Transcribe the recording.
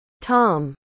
Tom